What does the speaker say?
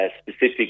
specific